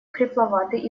хрипловатый